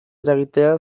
eragitea